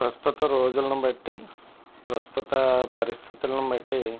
ప్రస్తుత రోజులని బట్టి ప్రస్తుత పరిస్థితులును బట్టి